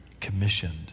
commissioned